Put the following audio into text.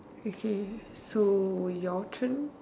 okay so your turn